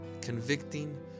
convicting